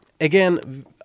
again